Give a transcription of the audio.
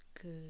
good